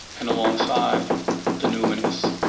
and alongside the numinous.